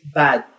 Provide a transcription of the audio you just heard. bad